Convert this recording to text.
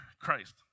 Christ